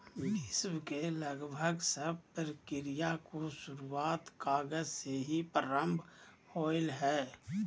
विश्व के लगभग सब प्रक्रिया के शुरूआत कागज से ही प्रारम्भ होलय हल